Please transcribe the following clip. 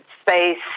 space